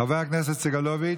חבר הכנסת סגלוביץ'